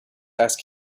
ask